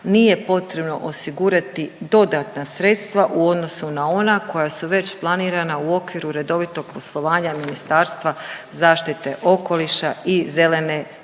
nije potrebno osigurati dodatna sredstva u odnosu na ona koja su već planirana u okviru redovitog poslovanja Ministarstva zaštite okoliša i zelene